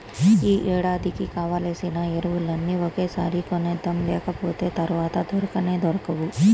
యీ ఏడాదికి కావాల్సిన ఎరువులన్నీ ఒకేసారి కొనేద్దాం, లేకపోతె తర్వాత దొరకనే దొరకవు